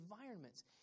environments